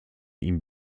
ihm